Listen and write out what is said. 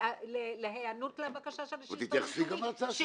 להיענות לבקשה של השלטון המקומי,